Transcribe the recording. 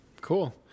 Cool